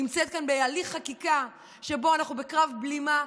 נמצאת כאן בהליך חקיקה שבו אנחנו בקרב בלימה,